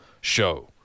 show